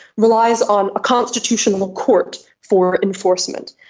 relies on a constitutional court for enforcement.